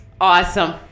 Awesome